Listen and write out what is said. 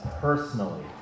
personally